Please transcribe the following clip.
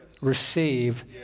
receive